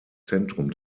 zentrum